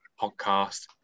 Podcast